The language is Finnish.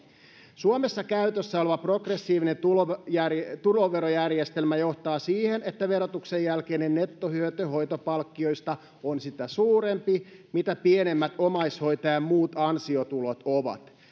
suomessa käytössä oleva progressiivinen tuloverojärjestelmä tuloverojärjestelmä johtaa siihen että verotuksen jälkeinen nettohyöty hoitopalkkioista on sitä suurempi mitä pienemmät omaishoitajan muut ansiotulot ovat